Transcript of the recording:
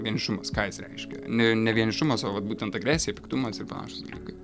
vienišumas ką jis reiškia ne ne vienišumas o vat būtent agresija piktumas ir panašūs dalykai